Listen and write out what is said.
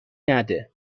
نده